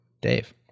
Dave